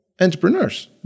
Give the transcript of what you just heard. entrepreneurs